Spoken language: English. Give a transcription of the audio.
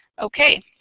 okay